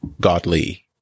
godly